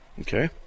Okay